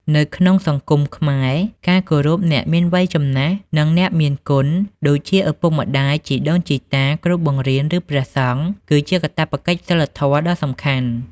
នៅក្នុងសង្គមខ្មែរ ការគោរពអ្នកមានវ័យចំណាស់ និងអ្នកមានគុណ ដូចជាឪពុកម្តាយ ជីដូនជីតា គ្រូបង្រៀន ឬព្រះសង្ឃ គឺជាកាតព្វកិច្ចសីលធម៌ដ៏សំខាន់។